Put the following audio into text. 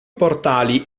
portali